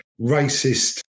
racist